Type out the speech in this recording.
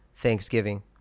Thanksgiving